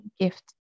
gift